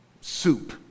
soup